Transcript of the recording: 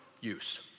use